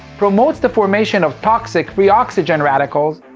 promotes the formation of toxic, free oxygen radicals,